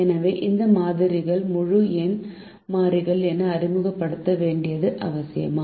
எனவே இந்த மாறிகள் முழு எண் மாறிகள் என அறிமுகப்படுத்த வேண்டியது அவசியமா